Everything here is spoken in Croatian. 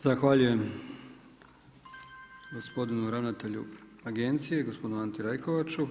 Zahvaljujem gospodinu ravnatelju Agencije gospodinu Anti Rajkovaču.